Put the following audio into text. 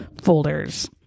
folders